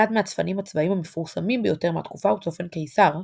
אחד מהצפנים הצבאיים המפורסמים ביותר מהתקופה הוא צופן קיסר,